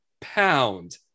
pound